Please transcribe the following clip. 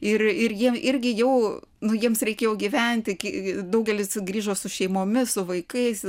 ir ir jiem irgi jau nu jiems reikėjo gyventi daugelis grįžo su šeimomis su vaikais